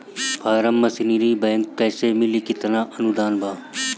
Form machinery बैक कैसे मिली कितना अनुदान बा?